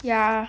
yeah